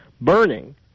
burning